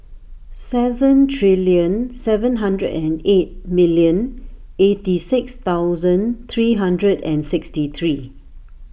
seven billion seven hundred and eight million eighty six thousand three hundred and sixty three